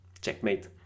checkmate